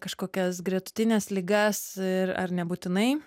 kažkokias gretutines ligas ir ar nebūtinai